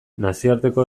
nazioarteko